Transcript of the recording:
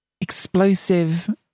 explosive